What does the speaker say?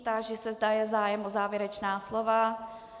Táži se, zda je zájem o závěrečná slova?